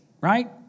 right